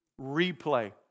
Replay